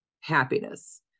happiness